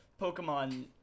Pokemon